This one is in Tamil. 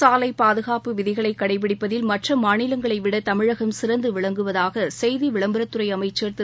சாலை பாதுகாப்பு விதிகளை கடைப்பிடிப்பதில் மற்ற மாநிலங்களை விட தமிழகம் சிறந்து விளங்குவதாக செய்தி விளம்பரத்துறை அமைச்சர் திரு